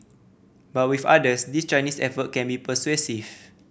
but with others these Chinese effort can be persuasive